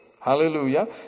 Hallelujah